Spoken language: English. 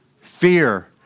fear